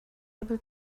able